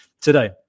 today